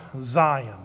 Zion